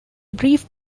brief